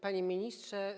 Panie Ministrze!